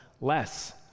less